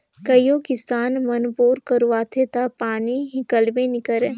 कइयो किसान मन बोर करवाथे ता पानी हिकलबे नी करे